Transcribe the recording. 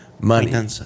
money